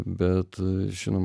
bet žinom